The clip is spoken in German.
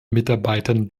mitarbeitern